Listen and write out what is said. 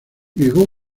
llegó